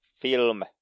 film